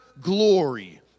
glory